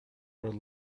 were